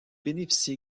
bénéficie